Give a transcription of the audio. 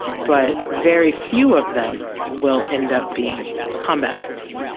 but very few of them will end up being combat troops.